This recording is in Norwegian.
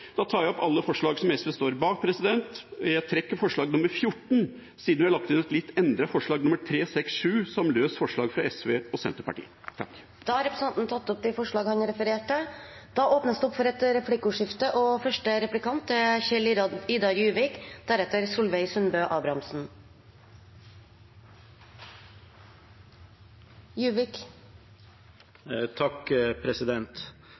tar opp alle forslag som SV står bak. Jeg trekker forslag nr. 14, siden vi har lagt inn et litt endret forslag nr. 314 som løst forslag fra SV og Senterpartiet. Da har representanten Arne Nævra tatt opp de forslagene han refererte til. Det blir replikkordskifte. Kysten har blitt nedprioritert av regjeringspartiene og Fremskrittspartiet i samferdselspolitikken i